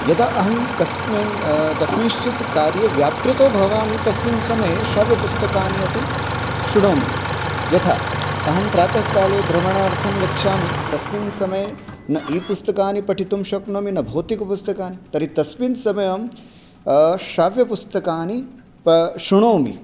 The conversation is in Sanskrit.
यदा अहं कस्मिन् कस्मिंश्चित् कार्ये व्यापृतो भवामि तस्मिन् समये श्राव्यपुस्तकान्यपि शृणोमि यथा अहं प्रातःकाले भ्रमणार्थं गच्छामि तस्मिन् समये न ई पुस्तकानि पठितुं शक्नेमि न भौतिकपुस्तकानि तर्हि तस्मिन् समये अहं श्राव्यपुस्तकानि प् शृणोमि